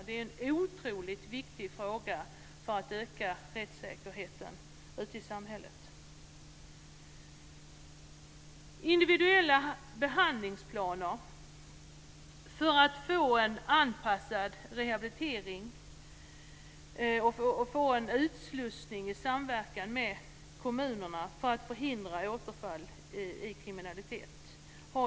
Det är en otroligt viktig fråga för att öka rättssäkerheten i samhället. Vi har diskuterat frågan om individuella behandlingsplaner för att få en anpassad rehabilitering och en utslussning i samhället i samverkan med kommunerna för att förhindra återfall i kriminalitet.